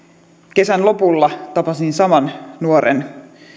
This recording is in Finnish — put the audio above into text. kesän lopulla tapasin saman nuoren